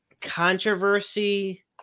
controversy